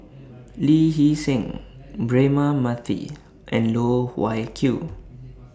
Lee Hee Seng Braema Mathi and Loh Wai Kiew